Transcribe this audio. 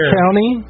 county